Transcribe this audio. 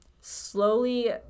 slowly